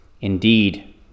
indeed